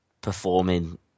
performing